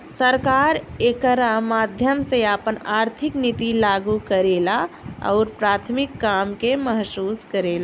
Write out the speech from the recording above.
सरकार एकरा माध्यम से आपन आर्थिक निति लागू करेला अउरी प्राथमिक काम के महसूस करेला